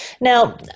Now